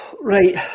right